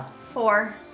four